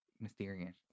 mysterious